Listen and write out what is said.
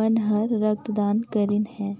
मन हर रक्त दान करीन हे